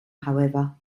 however